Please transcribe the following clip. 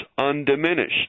undiminished